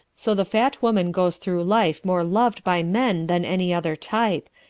so the fat woman goes through life more loved by men than any other type,